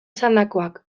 esandakoak